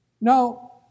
Now